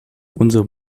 unserem